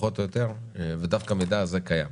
פחות או יותר, ודווקא המידע הזה קיים.